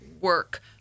work